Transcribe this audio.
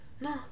No